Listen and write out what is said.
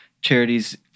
charities